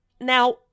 Now